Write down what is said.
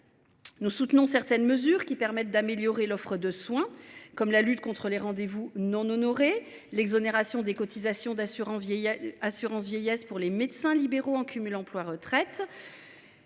Nous soutenons certaines mesures qui permettent d’améliorer l’offre de soins, comme la lutte contre les rendez vous non honorés et l’exonération de cotisations d’assurance vieillesse pour les médecins libéraux en cumul emploi retraite.